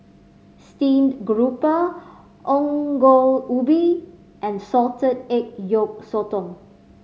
steamed grouper Ongol Ubi and salted egg yolk sotong